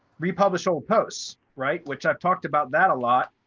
republish old posts, right, which i've talked about that a lot.